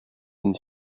une